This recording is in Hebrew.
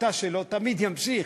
בשיטה שלו הוא תמיד יימשך.